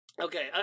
okay